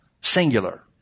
Singular